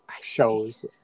shows